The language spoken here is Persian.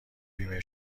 بیمه